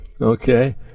okay